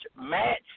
match